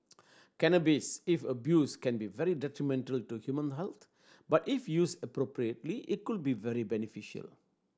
cannabis if abused can be very detrimental to human health but if used appropriately it could be very beneficial